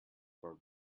for